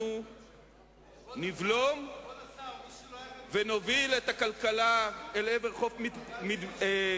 אנחנו נבלום ונוביל את הכלכלה אל עבר חוף מבטחים,